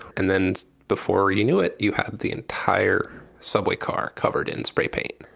and then before you knew it, you had the entire subway car covered in spray paint.